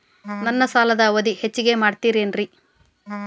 ನನ್ನ ಸಾಲದ ಅವಧಿ ಹೆಚ್ಚಿಗೆ ಮಾಡ್ತಿರೇನು?